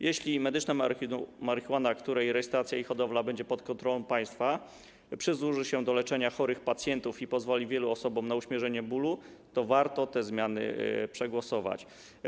Jeśli medyczna marihuana, której rejestracja i hodowla będzie pod kontrolą państwa, przysłuży się do leczenia chorych pacjentów i pozwoli wielu osobom na uśmierzenie bólu, to warto te zmiany przegłosować.